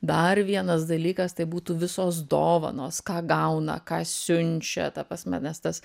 dar vienas dalykas tai būtų visos dovanos ką gauna ką siunčia ta prasme nes tas